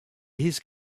his